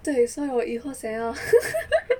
对所以我以后想要